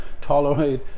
tolerate